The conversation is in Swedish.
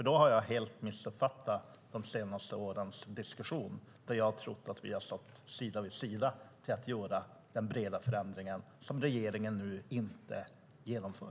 Då har jag helt missuppfattat de senaste årens diskussion, där jag har trott att vi har stått sida vid sida i att göra den breda förändring regeringen nu inte genomför.